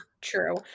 true